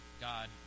god